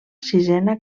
sisena